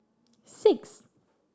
six